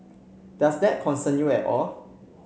does that concern you at all